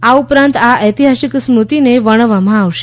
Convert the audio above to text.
આ ઉપરાંત આ ઐતિહાસિક સ્મૃતિને વર્ણવવામાં આવશે